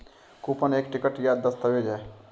coupon एक ticket या दस्तावेज़ है